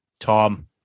Tom